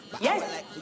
Yes